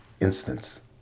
instance